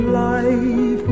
life